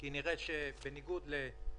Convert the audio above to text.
יש עם זה בעיות.